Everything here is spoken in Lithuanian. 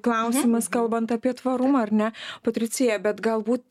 klausimas kalbant apie tvarumą ar ne patricija bet galbūt